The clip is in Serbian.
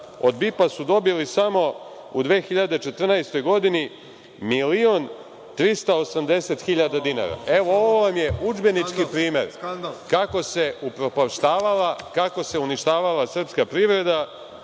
Od BIP-a su dobili samo u 2014. godini 1.380.000 dinara. Evo, ovo vam je udžbenički primer kako se upropaštavala, kako se uništavala srpska privreda